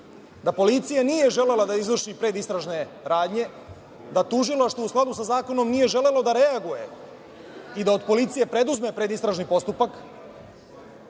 da policija nije želela da izvrši predistražne radnje, da tužilaštvo u skladu sa zakonom nije želelo da reaguje i da od policije preduzme predistražni postupak. Imali